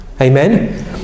Amen